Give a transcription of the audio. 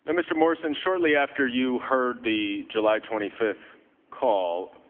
and mr. morrison, shortly after you heard the july twenty fifth call,